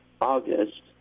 August